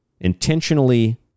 intentionally